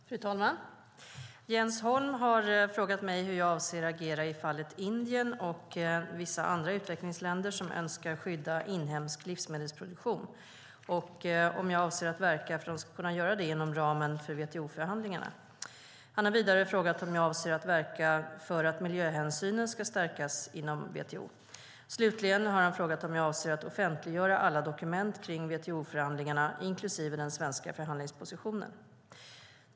Fru talman! Jens Holm har frågat mig hur jag avser att agera i fallet Indien och vissa andra utvecklingsländer som önskar skydda inhemsk livsmedelsproduktion och om jag avser att verka för att de ska kunna göra det inom ramen för WTO-förhandlingarna. Han har vidare frågat om jag avser att verka för att miljöhänsynen ska stärkas inom WTO. Slutligen har han frågat om jag avser att offentliggöra alla dokument kring WTO-förhandlingarna, inklusive den svenska förhandlingspositionen.